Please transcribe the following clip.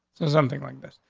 so something like this.